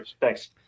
Thanks